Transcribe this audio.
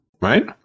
Right